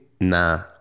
Nah